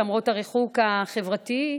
למרות הריחוק החברתי,